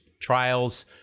trials